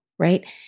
right